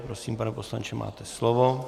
Prosím, pane poslanče, máte slovo.